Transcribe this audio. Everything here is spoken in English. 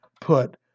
put